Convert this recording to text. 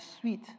sweet